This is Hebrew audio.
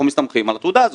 אנחנו מסתמכים על התעודה הזו.